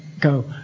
go